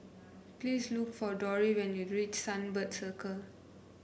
please look for Dori when you reach Sunbird Circle